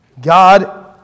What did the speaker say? God